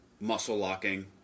muscle-locking